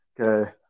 Okay